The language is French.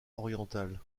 oriental